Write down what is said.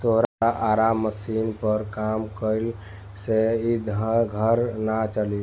तोरा आरा मशीनी पर काम कईला से इ घर ना चली